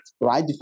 right